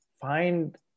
find